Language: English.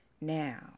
Now